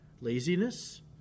laziness